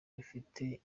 gifite